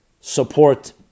support